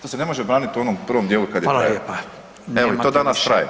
To se ne može braniti u onom prvom dijelu kada je … [[ne razumije se]] [[Upadica Radin: Hvala lijepa.]] I to danas traje.